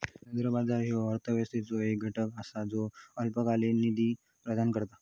मुद्रा बाजार ह्यो अर्थव्यवस्थेचो एक घटक असा ज्यो अल्पकालीन निधी प्रदान करता